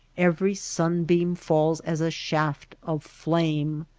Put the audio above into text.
every sunbeam falls as a shaft of flame.